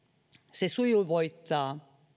se sujuvoittaa